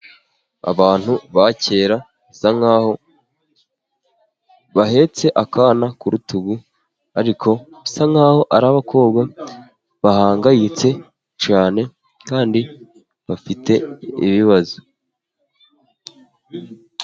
Abantu ba kera bisa nk'aho bahetse akana ku rutugu, ariko bisa nk'aho ari abakobwa bahangayitse cyane, kandi bafite ibibazo.